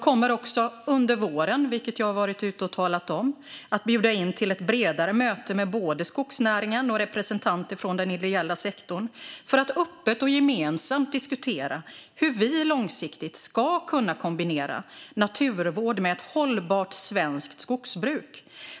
Under våren kommer jag, vilket jag har varit ute och talat om, att bjuda in till ett bredare möte med både skogsnäringen och representanter från den ideella sektorn för att öppet och gemensamt diskutera hur vi långsiktigt ska kunna kombinera naturvård med ett hållbart svenskt skogsbruk.